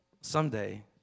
someday